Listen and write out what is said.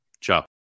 Ciao